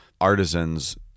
artisans